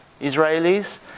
Israelis